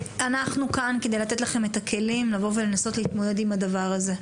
אנחנו כאן כדי לתת לכם את הכלים לבוא ולנסות להתמודד עם הדבר הזה.